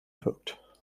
wirkt